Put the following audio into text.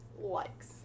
likes